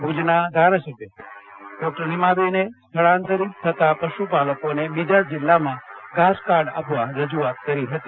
ભુજના ધારાસભ્ય નિમાબેને સ્થળાંતરીત થતા પશુપાલકોને બીજા જિલ્લામાં ઘાસકાર્ડ આપવા રજૂઆત કરી હતી